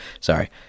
Sorry